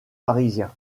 parisien